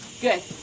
good